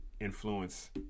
influence